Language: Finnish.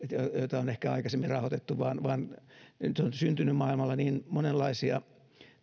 joita on ehkä aikaisemmin rahoitettu vaan nyt on syntynyt maailmalla monenlaisia